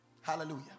Hallelujah